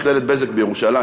מכללת "בזק" בירושלים,